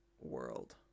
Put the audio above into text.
world